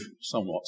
somewhat